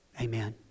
amen